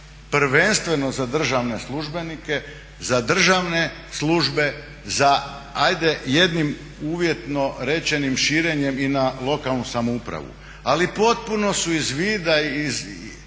prvenstveno za državne službenike, za državne službe, za hajde jednim uvjetno rečenim širenjem i na lokalnu samoupravu. Ali potpuno su iz vida njima